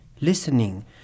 listening